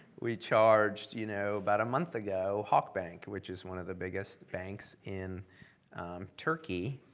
we charged you know about a month ago halkbank, which is one of the biggest banks in turkey.